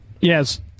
Yes